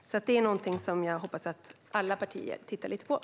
Jag hoppas att alla partier tittar på detta.